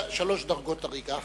יש שלוש דרגות הריגה.